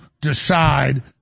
decide